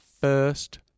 first